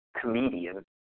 comedian